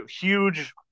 huge